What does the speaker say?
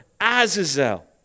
Azazel